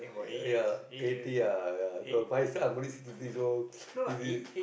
ya eighty ah ya my son I'm only sixty years old